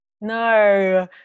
no